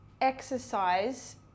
exercise